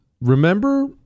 Remember